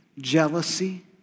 jealousy